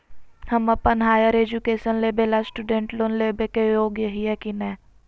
हम अप्पन higher education लेबे ला स्टूडेंट लोन लेबे के योग्य हियै की नय?